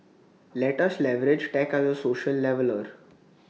let us leverage tech as A social leveller